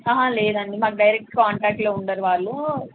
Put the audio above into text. లేదండి మాకు డైరెక్ట్ కాంటాక్ట్లో ఉండరు వాళ్ళు